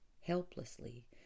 helplessly